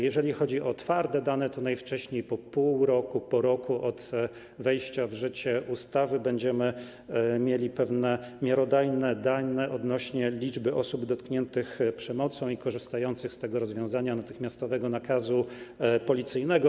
Jeżeli chodzi o twarde dane, to najwcześniej po pół roku, po roku od wejścia w życie ustawy będziemy mieli miarodajne dane odnośnie do liczby osób dotkniętych przemocą i korzystających z rozwiązania w postaci natychmiastowego nakazu policyjnego.